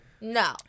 No